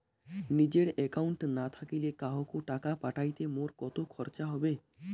নিজের একাউন্ট না থাকিলে কাহকো টাকা পাঠাইতে মোর কতো খরচা হবে?